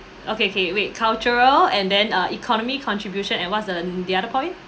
okay okay wait cultural and then uh economy contribution and what's the an~ the other point